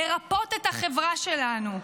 לרפא את החברה שלנו.